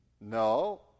No